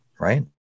Right